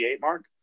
mark